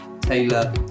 Taylor